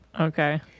Okay